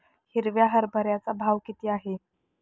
हिरव्या हरभऱ्याचा भाव किती आहे?